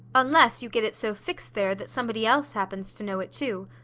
unless you get it so fixed there that somebody else happens to know it too.